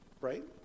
right